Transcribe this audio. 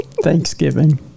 thanksgiving